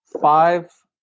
five